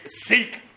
Seek